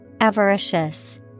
Avaricious